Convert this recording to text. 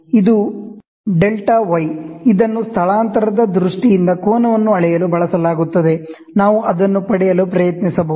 ಇದು delta y Δy ಇದನ್ನು ಸ್ಥಳಾಂತರದ ದೃಷ್ಟಿಯಿಂದ ಕೋನವನ್ನು ಅಳೆಯಲು ಬಳಸಲಾಗುತ್ತದೆ ನಾವು ಅದನ್ನು ಪಡೆಯಲು ಪ್ರಯತ್ನಿಸಬಹುದು